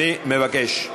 אני מבקש.